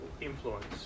influence